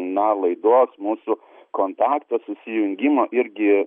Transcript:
na laidos mūsų kontakto susijungimo irgi